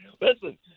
listen